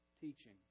teaching